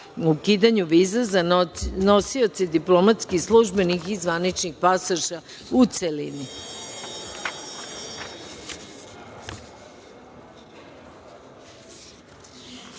ukidanju viza za nosioce diplomatskih, službenih i zvaničnih pasoša, u